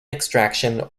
extraction